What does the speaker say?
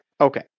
Okay